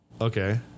Okay